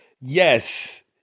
Yes